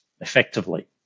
effectively